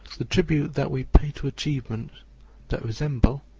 the tribute that we pay to achievements that resembles,